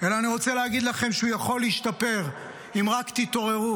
אלא אני רוצה להגיד לכם שהוא יכול להשתפר אם רק תתעוררו,